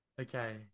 Okay